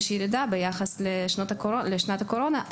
יש ירידה ביחס לשנת הקורונה,